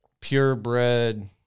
purebred